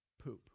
poop